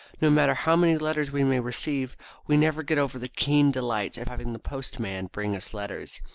no matter how many letters we may receive we never get over the keen delight at having the postman bring us letters.